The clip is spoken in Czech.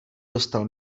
dostal